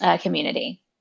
community